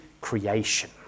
creation